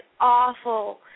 awful